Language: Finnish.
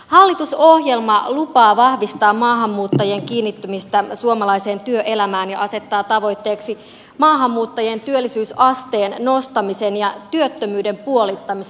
hallitusohjelma lupaa vahvistaa maahanmuuttajien kiinnittymistä suomalaiseen työelämään ja asettaa tavoitteeksi maahanmuuttajien työllisyysasteen nostamisen ja työttömyyden puolittamisen